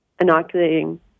inoculating